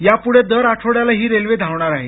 यापुढे दर आठवड्याला ही रेल्वे धावणार आहे